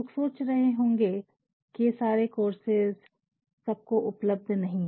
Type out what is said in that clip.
लोग सोच रहे होंगे की की ये सारे कोर्सेज कि सबको उपलब्ध नहीं है